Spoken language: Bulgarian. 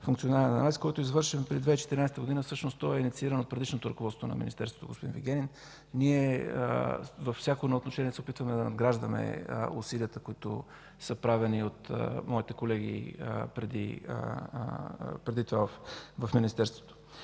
функционален анализ, който е извършен през 2014 г., всъщност той е иницииран от предишното ръководство на Министерството, господин Вигенин. Ние във всяко едно отношение се опитваме да надграждаме усилията, които са правени от моите колеги преди това в Министерството.